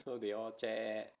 so they all chat